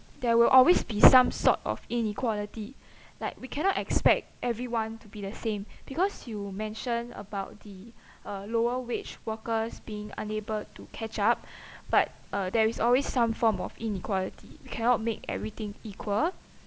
there will always be some sort of inequality like we cannot expect everyone to be the same because you mentioned about the uh lower wage workers being unable to catch up but uh there is always some form of inequality we cannot make everything equal